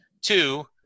Two